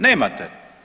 Nemate.